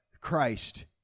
Christ